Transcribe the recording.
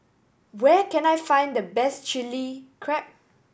where can I find the best Chili Crab